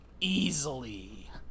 Easily